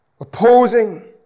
opposing